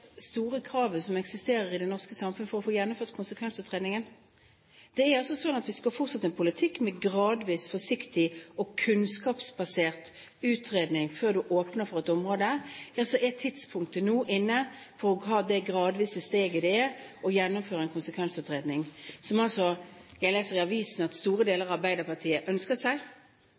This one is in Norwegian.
kravet som eksisterer i det norske samfunnet om å få gjennomført konsekvensutredningen? Hvis man skal fortsette en politikk med gradvis forsiktig og kunnskapsbasert utredning før man åpner for et område, er tidspunktet nå inne for å ta dette gradvise steget det er å gjennomføre en konsekvensutredning, som jeg leser i avisen at store deler av Arbeiderpartiet ønsker seg,